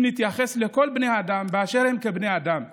אם נתייחס לכל בני האדם באשר הם כבני אדם שווים,